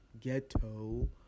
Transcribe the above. ghetto